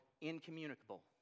incommunicable